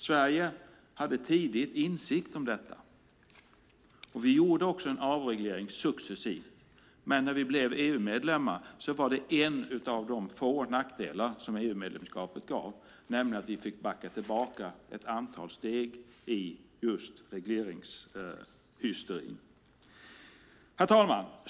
Sverige hade tidigt insikt om detta, och vi gjorde också en avreglering successivt. När vi blev EU-medlemmar var dock detta en av de få nackdelar som EU-medlemskapet gav: att vi fick backa tillbaka ett antal steg just i regleringshysterin. Herr talman!